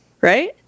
right